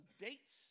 dates